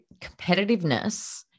competitiveness